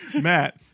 Matt